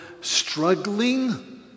struggling